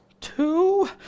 Two